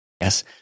Yes